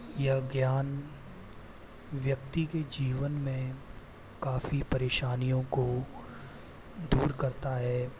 यह ज्ञान व्यक्ति के जीवन में काफ़ी परेशानियों को दूर करता है